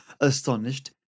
astonished